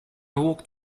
walked